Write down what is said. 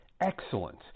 Excellent